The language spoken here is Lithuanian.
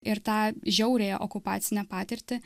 ir tą žiauriąją okupacinę patirtį